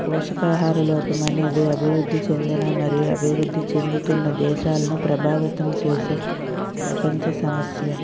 పోషకాహార లోపం అనేది అభివృద్ధి చెందిన మరియు అభివృద్ధి చెందుతున్న దేశాలను ప్రభావితం చేసే ప్రపంచ సమస్య